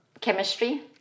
chemistry